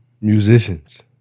musicians